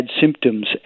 symptoms